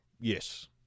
Yes